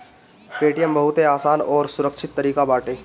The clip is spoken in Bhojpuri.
पेटीएम बहुते आसान अउरी सुरक्षित तरीका बाटे